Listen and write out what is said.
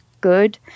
good